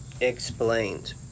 explained